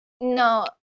No